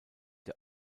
der